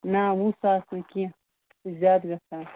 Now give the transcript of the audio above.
نہ وُہ ساس نہٕ کیٚنٛہہ یہِ چھِ زیادٕ گَژھان